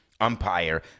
umpire